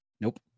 Nope